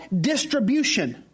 distribution